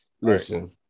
Listen